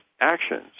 actions